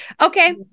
okay